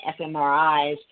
fMRIs